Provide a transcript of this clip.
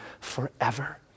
forever